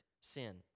sin